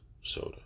soda